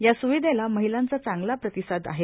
या सुविधेला महिलांचा चांगला प्रतिसाद आहे